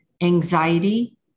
anxiety